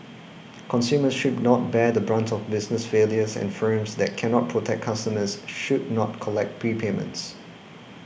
consumers should not bear the brunt of business failures and firms that cannot protect customers should not collect prepayments